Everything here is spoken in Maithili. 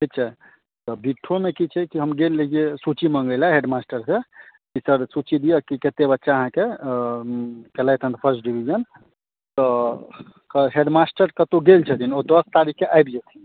ठीक छै तऽ बिट्ठोमे की छै कि हम गेल रहियै सूची मँगै लए हेड मास्टरसँ कि सर सूची दिअ की कतेक बच्चा अहाँके केलथि हन फर्स्ट डिवीजन तऽ हेड मास्टर कतहु गेल छथिन ओ दस तारीककेँ आबि जेथिन